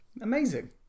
Amazing